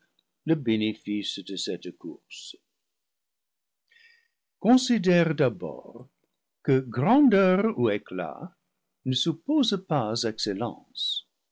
le bénéfice de cette course considère d'abord que grandeur ou éclat ne supposent pas excellence